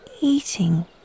eating